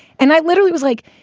and i literally was like,